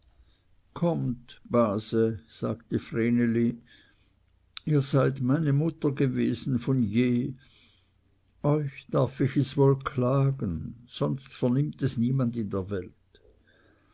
kommt base sagte vreneli ihr seid meine mutter gewesen von je euch darf ich es wohl klagen sonst vernimmt es niemand in der welt